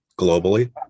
globally